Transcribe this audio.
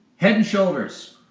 head and shoulders.